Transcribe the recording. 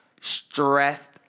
stressed